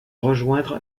rejoindre